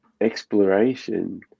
exploration